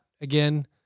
again